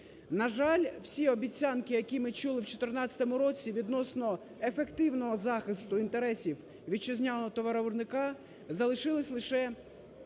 На жаль, всі обіцянки, які ми чули в 2014 році відносно ефективного захисту інтересів вітчизняного товаровиробника, залишилися лише